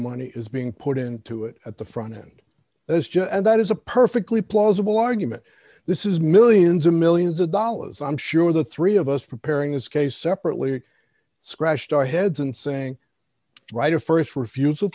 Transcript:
money is being put into it at the front end as judge and that is a perfectly plausible argument this is millions and millions of dollars i'm sure the three of us preparing this case separately or scratched our heads and saying right of st refusal to